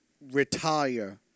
retire